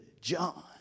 John